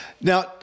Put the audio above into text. Now